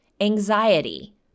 Anxiety